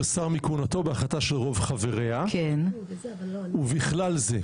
שר מכהונתו בהחלטה של רוב חבריה ובכלל זה',